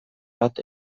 bat